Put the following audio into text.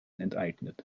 enteignet